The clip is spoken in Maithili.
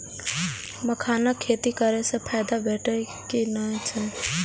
मखानक खेती करे स फायदा भेटत की नै अछि?